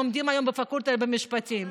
לומדים היום בפקולטה למשפטים,